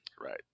Right